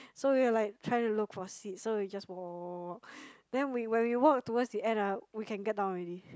so we were like trying to look for seat so we just walk walk walk walk walk then we when we walk towards the end ah we can get down already